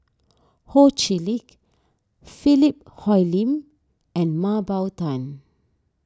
Ho Chee Lick Philip Hoalim and Mah Bow Tan